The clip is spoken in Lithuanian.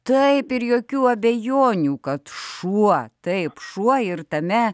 taip ir jokių abejonių kad šuo taip šuo ir tame